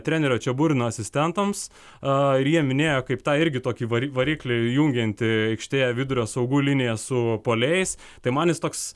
trenerio čeburino asistentams ir jie minėjo kaip tą irgi tokį vari variklį jungiantį aikštėje vidurio saugų liniją su puolėjais tai man jis toks